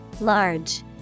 Large